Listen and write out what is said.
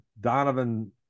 Donovan